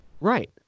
Right